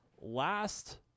Last